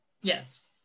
Yes